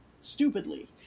stupidly